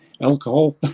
alcohol